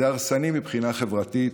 זה הרסני מבחינה חברתית,